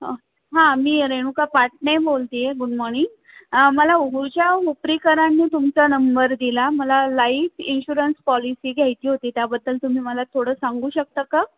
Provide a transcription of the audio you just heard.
हां मी रेणुका पाटने बोलते आहे गुड मॉनिंग मला हुपरीकरांनी तुमचा नंबर दिला मला लाईफ इन्शुरन्स पॉलिसी घ्यायची होती त्याबद्दल तुम्ही मला थोडं सांगू शकता का